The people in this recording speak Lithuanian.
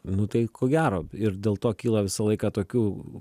nu tai ko gero ir dėl to kilo visą laiką tokių